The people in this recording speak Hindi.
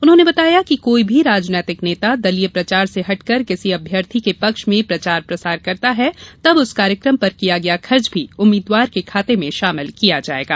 उन्होंने बताया कि कोई भी राजनैतिक नेता दलीय प्रचार से हटकर किसी अभ्यर्थी के पक्ष में प्रचार प्रसार करता है तब उस कार्यक्रम पर किया गया खर्च भी उम्मीदवार के खाते में शामिल किया जायेगा